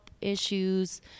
issues